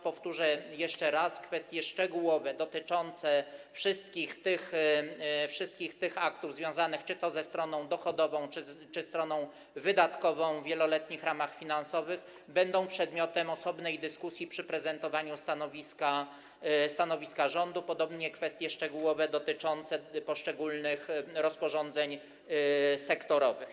Powiem jeszcze raz: kwestie szczegółowe dotyczące wszystkich tych aktów związanych czy to ze stroną dochodową, czy to ze stroną wydatkową w wieloletnich ramach finansowych będą przedmiotem osobnej dyskusji przy prezentowaniu stanowiska rządu, podobnie kwestie szczegółowe dotyczące poszczególnych rozporządzeń sektorowych.